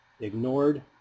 ignored